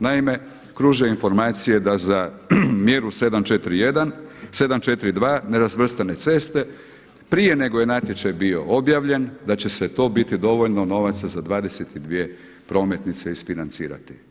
Naime, kruže informacije da za mjeru 7.4.1., 7.4.2 nerazvrstane ceste prije nego je natječaj bio objavljen da će se to biti dovoljno novaca za 22 prometnice isfinancirati.